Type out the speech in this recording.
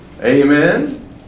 Amen